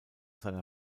seiner